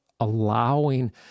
allowing